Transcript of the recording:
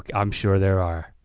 like i'm sure there are.